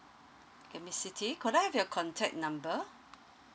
okay miss siti could I have your contact number